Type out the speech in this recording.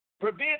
prevent